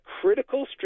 critical